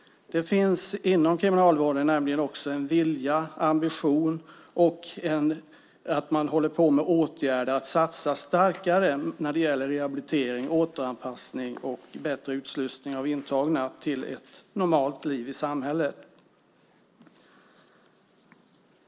Det finns inom Kriminalvården nämligen också en vilja och en ambition att satsa starkare på åtgärder som rehabilitering, återanpassning och bättre utslussning av intagna till ett normalt liv i samhället.